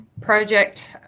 Project